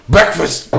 Breakfast